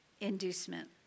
inducement